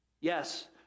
Yes